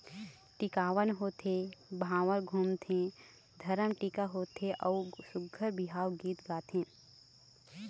टिकावन होथे, भांवर घुमाथे, धरम टीका टिकथे अउ सुग्घर बिहाव गीत गाथे